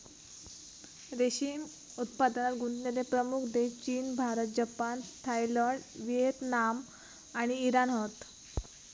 रेशीम उत्पादनात गुंतलेले प्रमुख देश चीन, भारत, जपान, थायलंड, व्हिएतनाम आणि इराण हत